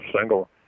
single